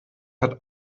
hat